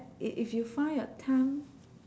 if if you find a time